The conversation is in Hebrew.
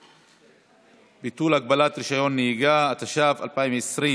ביטול הגבלת רישיון נהיגה), התש"ף 2020,